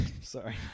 Sorry